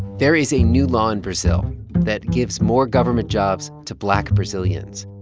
there is a new law in brazil that gives more government jobs to black brazilians.